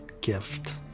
gift